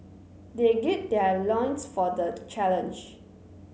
they gird their loins for the challenge